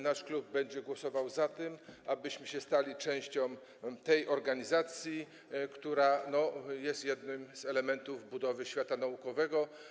Nasz klub będzie głosował za tym, abyśmy się stali częścią tej organizacji, która jest jednym z elementów budowy świata naukowego.